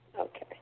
Okay